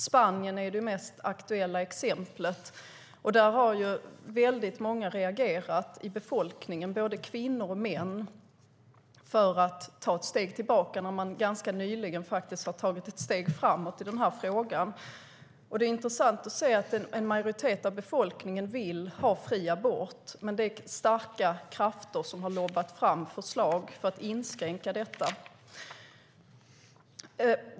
Spanien är det mest aktuella exemplet. Där har många i befolkningen reagerat, både kvinnor och män, mot att ta ett steg tillbaka när man ganska nyligen har tagit ett steg framåt i denna fråga. Det är intressant att se att en majoritet av befolkningen vill ha fri abort, men starka krafter har lobbat fram förslag om att inskränka detta.